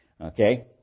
Okay